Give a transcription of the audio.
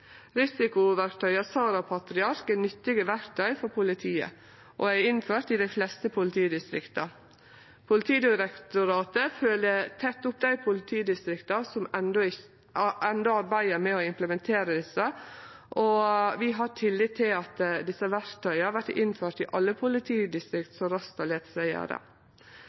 SARA og PATRIARK er nyttige verktøy for politiet og er innførte i dei fleste politidistrikta. Politidirektoratet følgjer tett opp dei politidistrikta som enno arbeider med å implementere dei, og vi har tillit til at desse verktøya vert innførte i alle politidistrikt